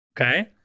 Okay